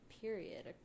period